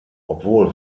obwohl